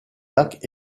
lacs